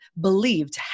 believed